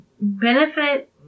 benefit